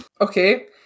Okay